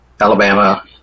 Alabama